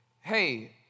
Hey